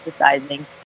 exercising